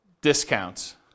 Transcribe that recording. discounts